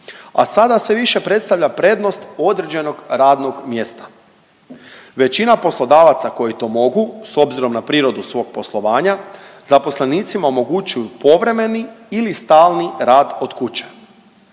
a sada sve više predstavlja prednost određenog radnog mjesta. Većina poslodavaca koji to mogu s obzirom na prirodu svog poslovanja zaposlenicima omogućuju povremeni ili stalni rad od kuće.